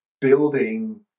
building